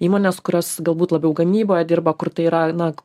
įmonės kurios galbūt labiau gamyboje dirba kur tai yra na